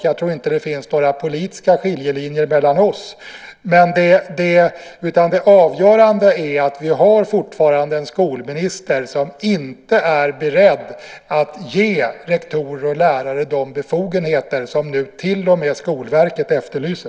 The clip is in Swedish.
Jag tror inte att det finns några politiska skiljelinjer mellan oss, utan avgörande är att vi fortfarande har en skolminister som inte är beredd att ge rektorer och lärare de befogenheter som nu till och med Skolverket efterlyser.